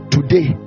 Today